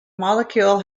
molecule